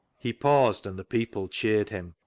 he paused, and the people cheered him.